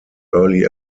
early